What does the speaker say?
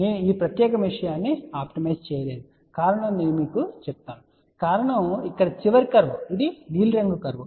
నేను ఈ ప్రత్యేకమైన విషయాన్ని ఆప్టిమైజ్ చేయలేదు కారణం నేను మీకు చెప్తాను మరియు కారణం ఇక్కడ చివరి కర్వ్ ఇది నీలిరంగు కర్వ్